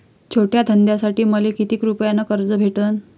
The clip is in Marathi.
छोट्या धंद्यासाठी मले कितीक रुपयानं कर्ज भेटन?